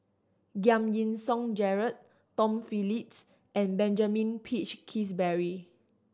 Giam Yean Song Gerald Tom Phillips and Benjamin Peach Keasberry